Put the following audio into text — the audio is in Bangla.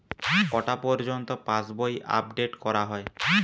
কটা পযর্ন্ত পাশবই আপ ডেট করা হয়?